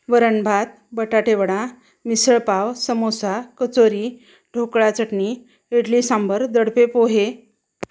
वरण भात बटाटे वडा मिसळपाव समोसा कचोरी ढोकळा चटणी इडली सांबर दडपे पोहे